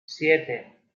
siete